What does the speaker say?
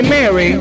Mary